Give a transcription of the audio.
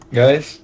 guys